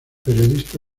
periodista